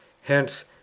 Hence